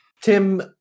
Tim